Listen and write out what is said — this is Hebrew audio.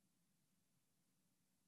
אינו נוכח אופיר סופר,